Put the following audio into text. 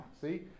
See